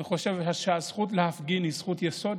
אני חושב שהזכות להפגין היא זכות יסוד.